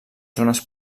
zones